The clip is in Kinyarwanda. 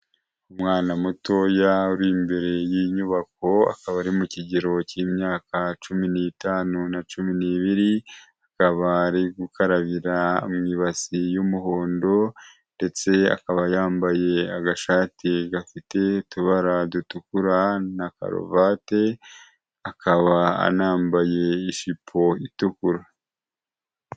Umwana mutoya uri imbere y'inyubako akaba ari mu kigero cy'imyaka cumi n'itanu na cumi n'ibiri, akaba ari gukarabira mu ibasi y'umuhondo ndetse akaba yambaye agashati gafite utubara dutukura na karuvati, akaba anambaye ijipo itukura.